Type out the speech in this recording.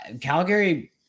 Calgary